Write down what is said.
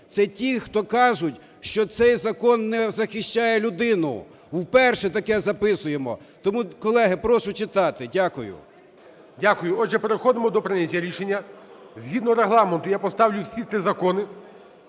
Це ті, хто кажуть, що цей закон не захищає людину. Вперше таке записуємо. Тому, колеги, прошу читати. Дякую. ГОЛОВУЮЧИЙ. Дякую. Отже, переходимо до прийняття рішення. Згідно Регламенту я поставлю всі три закони